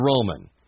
Roman